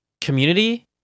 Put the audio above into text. community